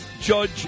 Judge